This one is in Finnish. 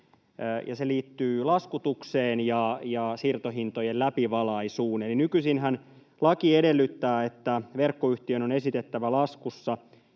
se liittyy laskutukseen ja siirtohintojen läpivalaisuun. Nykyisinhän laki edellyttää, että verkkoyhtiön on esitettävä laskussa